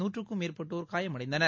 நூற்றுக்கும் மேற்பட்டோர் காயமடைந்தனர்